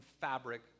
fabric